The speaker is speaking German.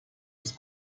ist